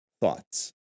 thoughts